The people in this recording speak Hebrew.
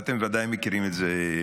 ואתם ודאי מכירים את זה.